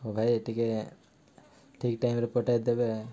ହଉ ଭାଇ ଟିକେ ଠିକ୍ ଟାଇମ୍ରେ ପଠେଇଦବେ